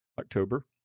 October